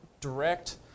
direct